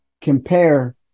compare